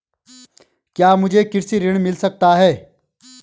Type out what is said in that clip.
क्या मुझे कृषि ऋण मिल सकता है?